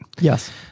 Yes